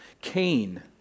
Cain